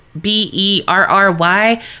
b-e-r-r-y